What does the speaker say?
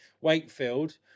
Wakefield